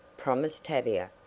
promised tavia,